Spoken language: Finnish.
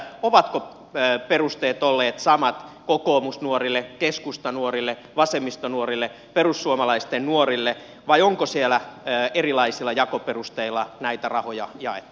ovatko perusteet olleet samat kokoomusnuorille keskustanuorille vasemmistonuorille perussuomalaisten nuorille vai onko siellä erilaisilla jakoperusteilla näitä rahoja jaettu